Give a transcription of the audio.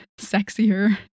sexier